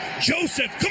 Joseph